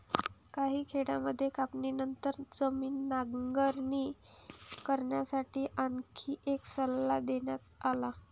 काही खेड्यांमध्ये कापणीनंतर जमीन नांगरणी करण्यासाठी आणखी एक सल्ला देण्यात आला